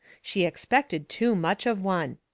she expected too much of one.